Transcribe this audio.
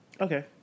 Okay